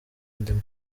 ndimo